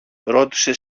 ρώτησε